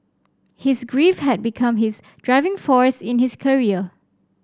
his grief had become his driving force in his career